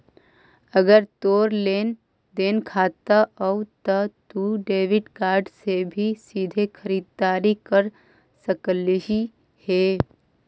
अगर तोर लेन देन खाता हउ त तू डेबिट कार्ड से भी सीधे खरीददारी कर सकलहिं हे